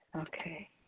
Okay